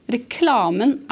Reklamen